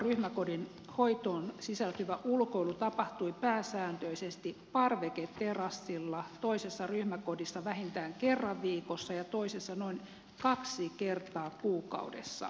ryhmäkodin hoitoon sisältyvä ulkoilu tapahtui pääsääntöisesti parveketerassilla toisessa ryhmäkohdissa vähintään kerran viikossa ja toisessa noin kaksi kertaa kuukaudessa